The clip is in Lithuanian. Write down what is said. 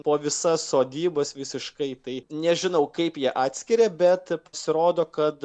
po visas sodybas visiškai tai nežinau kaip jie atskiria bet pasirodo kad